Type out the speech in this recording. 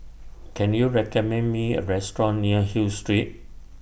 Can YOU recommend Me A Restaurant near Hill Street